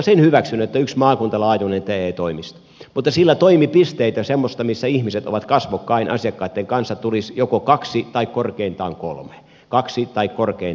sen hyväksyn että on yksi maakuntalaajuinen te toimisto mutta sille toimipisteitä semmoisia missä ihmiset ovat kasvokkain asiakkaitten kanssa tulisi joko kaksi tai korkeintaan kolme kaksi tai korkeintaan kolme